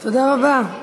תודה רבה.